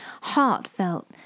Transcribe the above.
heartfelt